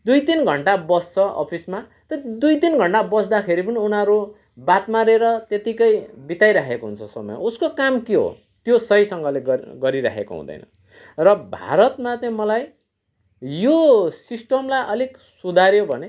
दुई तिन घन्टा बस्छ अफिसमा त्यो दुई तिन घन्टा बस्दाखेरि पनि उनीहरू बात मारेर त्यतिकै बिताइरहेको हुन्छ समय उसको काम के हो त्यो सहीसँगले गरि गरिरहेको हुँदैन र भारतमा चाहिँ मलाई यो सिस्टमलाई अलिक सुधार्यो भने